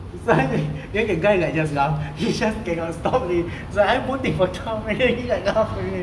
so I think then the guy like just laugh he just cannot stop then the guy is like I'm voting for trump then he like laugh again